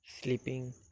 Sleeping